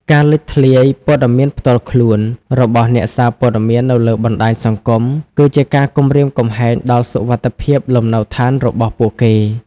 ការលេចធ្លាយព័ត៌មានផ្ទាល់ខ្លួន របស់អ្នកសារព័ត៌មាននៅលើបណ្តាញសង្គម គឺជាការគំរាមកំហែងដល់សុវត្ថិភាពលំនៅដ្ឋានរបស់ពួកគេ។